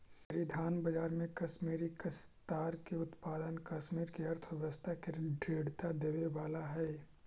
परिधान बाजार में कश्मीरी काश्तकार के उत्पाद कश्मीर के अर्थव्यवस्था के दृढ़ता देवे वाला हई